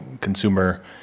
consumer